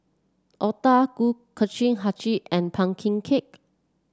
otah Kuih Kacang hijau and pumpkin cake